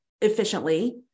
efficiently